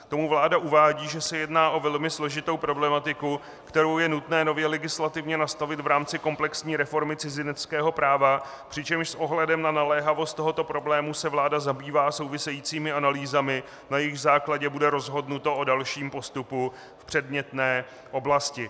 K tomu vláda uvádí, že se jedná o velmi složitou problematiku, kterou je nutné nově legislativně nastavit v rámci komplexní reformy cizineckého práva, přičemž s ohledem na naléhavost tohoto problému se vláda zabývá souvisejícími analýzami, na jejichž základě bude rozhodnuto o dalším postupu v předmětné oblasti.